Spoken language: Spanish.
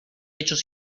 hechos